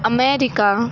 America